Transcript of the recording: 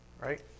right